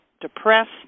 depressed